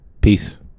Peace